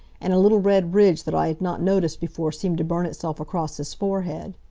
and a little red ridge that i had not noticed before seemed to burn itself across his forehead.